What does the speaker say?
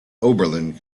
oberlin